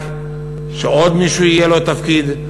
רק שעוד מישהו יהיה לו תפקיד,